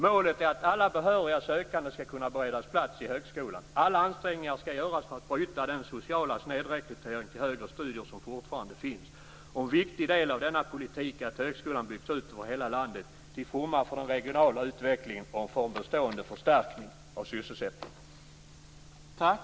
Målet är att alla behöriga sökande skall kunna beredas plats i högskolan. Alla ansträngningar skall göras för att bryta den sociala snedrekrytering till högre studier som fortfarande finns. En viktig del av denna politik är att högskolan byggs ut över hela landet, till fromma för den regionala utvecklingen och för en bestående förstärkning av sysselsättningen.